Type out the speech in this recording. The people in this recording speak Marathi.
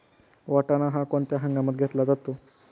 वाटाणा हा कोणत्या हंगामात घेतला जातो?